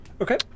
Okay